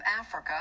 Africa